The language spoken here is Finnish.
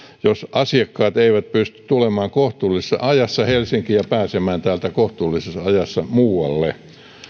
jos asiakkaat eivät pysty tulemaan kohtuullisessa ajassa helsinkiin ja pääsemään täältä kohtuullisessa ajassa muualle